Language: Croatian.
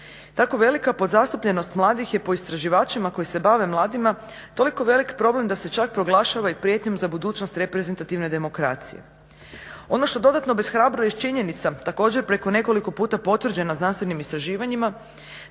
Tako velika podzastupljenost mladih je po istraživačima koji se bave mladima toliko veliki problem da se čak proglašava i prijetnjom za budućnost reprezentativne demokracije. Ono što dodatno obeshrabruje je činjenica također preko nekoliko puta potvrđena znanstvenim istraživanjima